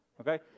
Okay